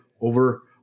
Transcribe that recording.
over